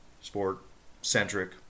Sport-centric